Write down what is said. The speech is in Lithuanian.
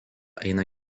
eina